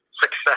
success